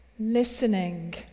listening